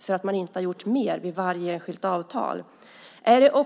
för att man inte har gjort mer vid varje enskild avtalsförhandling.